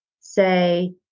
say